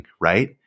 Right